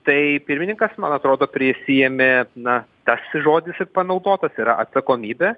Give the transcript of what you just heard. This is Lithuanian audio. tai pirmininkas man atrodo prisiėmė na tas žodis ir panaudotas yra atsakomybė